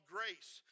Grace